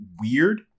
weird